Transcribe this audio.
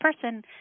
person